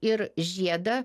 ir žiedą